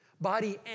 body